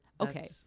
okay